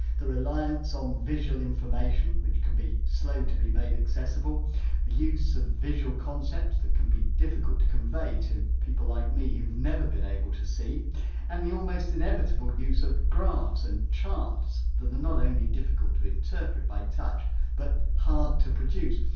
the reliance on so um visual information, which can be slow to be made accessible the use of visual concepts that can be difficult to convey to people like me, who've never been able to see and the almost inevitable use of graphs and charts that are not only difficult to interpret by touch but hard to produce.